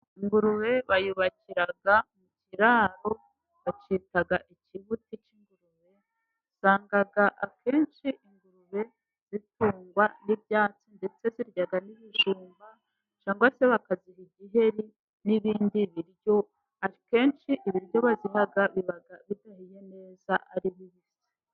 Ingurube bayubakira mu kiraro bacyita "ikibuti cy’ingurube". Usanga akenshi ingurube zitungwa n’ibyatsi, ndetse zirya n’ibijumba, cyangwa se bakaziha igiheri n’ibindi biryo. Akenshi ibiryo baziha biba bidahiye neza, ari bibisi.